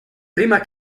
prima